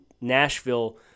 Nashville